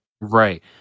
Right